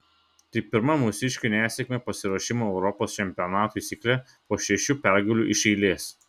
tai pirma mūsiškių nesėkmė pasiruošimo europos čempionatui cikle po šešių pergalių iš eilės